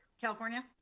California